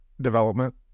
development